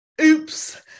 Oops